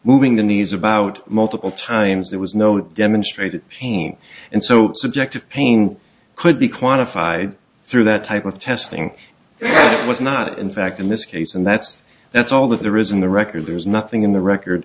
moving the knees about multiple times there was no demonstrated pain and so subjective pain could be quantified through that type of testing it was not in fact in this case and that's that's all that there is in the record there's nothing in the record